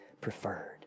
preferred